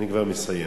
אני כבר מסיים.